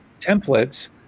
templates